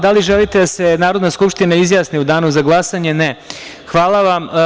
Da li želite da se Narodna skupština izjasni u danu za glasanje? (Ne) Hvala vam.